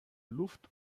luft